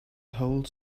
whole